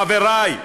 חברי: